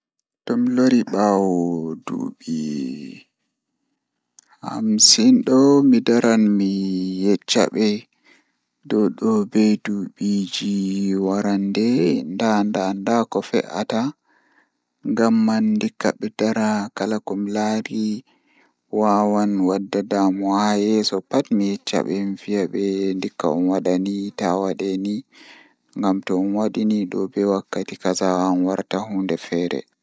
Tomi lori baawo ɗuuɓi hamsin mi daran mi yecca be dow ɗobe duɓiiji warande ndandanda ko fe'ata, Ngamman ndikka be Dara kala ko milari banda damuwa haa yeso pat mi yecca ɓe ndikka ɓe waɗa ni taawaɗe ni ngam to on waɗi ni ɗo be wakkati kaza wawan warta huunde feere.